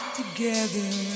together